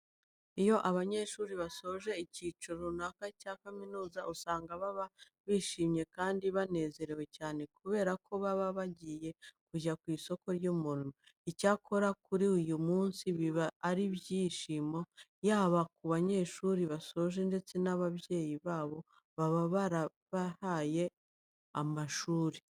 Iyo abanyeshuri basoje icyiciro runaka cya kaminuza usanga baba bishimye kandi banezerewe cyane, kubera ko baba bagiye kujya ku isoko ry'umurimo. Icyakora kuri uyu munsi biba ari ibyishimo, yaba ku banyeshuri basoje ndetse n'ababyeyi babo baba barabarihiye amashuri.